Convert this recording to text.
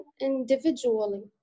individually